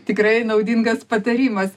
tikrai naudingas patarimas